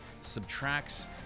subtracts